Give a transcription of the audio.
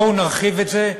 בואו נרחיב את זה,